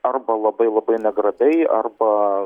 arba labai labai negrabiai arba